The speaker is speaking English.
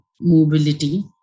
mobility